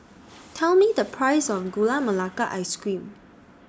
Tell Me The Price of Gula Melaka Ice Cream